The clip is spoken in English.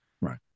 right